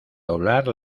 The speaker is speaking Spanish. doblar